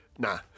Nah